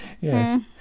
yes